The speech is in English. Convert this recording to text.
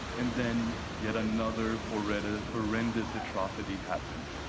and, then yet another horrendous horrendous atrocity happened.